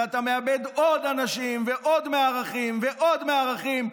ואתה מאבד עוד אנשים ועוד מערכים ועוד מערכים,